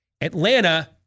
Atlanta